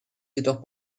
jedoch